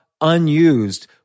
unused